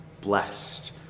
blessed